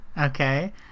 okay